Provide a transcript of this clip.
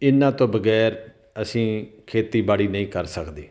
ਇਹਨਾਂ ਤੋਂ ਬਗੈਰ ਅਸੀਂ ਖੇਤੀਬਾੜੀ ਨਹੀਂ ਕਰ ਸਕਦੇ